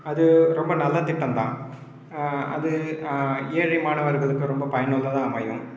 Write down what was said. அது ரொம்ப நல்ல திட்டம் தான் அது ஏழை மாணவர்களுக்கு ரொம்ப பயனுள்ளதாக அமையும்